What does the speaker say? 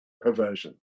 perversion